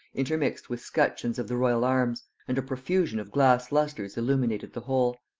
intermixed with scutcheons of the royal arms and a profusion of glass lustres illuminated the whole.